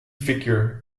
figure